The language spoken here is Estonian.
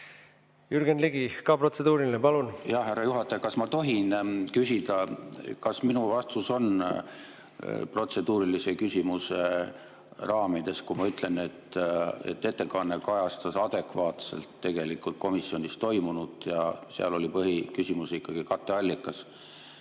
Jürgen Ligi, ka protseduuriline, palun! Jah, härra juhataja! Kas ma tohin küsida, kas minu vastus on protseduurilise küsimuse raamides (Juhataja naerab.), kui ma ütlen, et ettekanne kajastas adekvaatselt tegelikult komisjonis toimunut ja seal oli põhiküsimus ikkagi katteallikas.